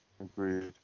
Agreed